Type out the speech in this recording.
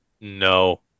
No